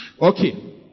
Okay